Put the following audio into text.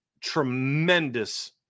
tremendous